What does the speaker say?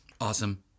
Awesome